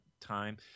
time